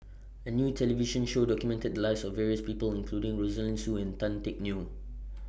A New television Show documented The Lives of various People including Rosaline Soon and Tan Teck Neo